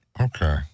Okay